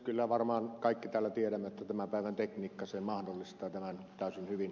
kyllä varmaan kaikki täällä tiedämme että tämän päivän tekniikka sen mahdollistaa täysin hyvin